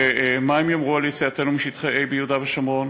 ומה הם יאמרו על יציאתנו משטחי A ביהודה ושומרון